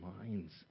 minds